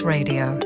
Radio